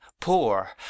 poor